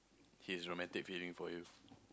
his romantic feeling for you